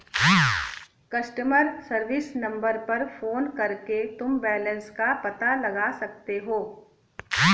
customer service number पर phone करके तुम बैलन्स का पता लगा सकते हो